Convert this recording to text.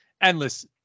endless